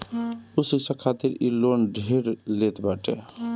उच्च शिक्षा खातिर इ लोन ढेर लेत बाटे